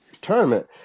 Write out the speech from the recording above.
tournament